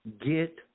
get